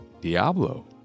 Diablo